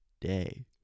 day